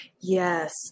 Yes